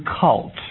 cult